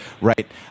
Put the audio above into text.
right